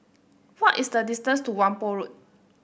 what is the distance to Whampoa Road